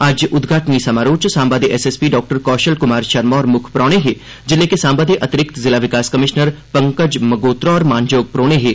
अज्ज उद्घाटनी समारोह च सांबा दे एसएसपी डाक्टर कौशल कुमार शर्मा होर मुक्ख परौह्ने हे जिल्ले के सांबा दे अतिरिक्त जिला विकास कमिशनर पंकज मगोत्रा होर मानजोग परौहने हे